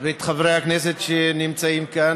ואת חברי הכנסת שנמצאים כאן.